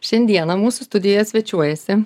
šiandieną mūsų studijoj svečiuojasi